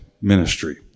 ministry